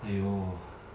!aiyo!